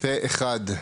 פה אחד.